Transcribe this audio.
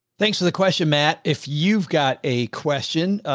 thanks for the question, matt, if you've got a question, ah,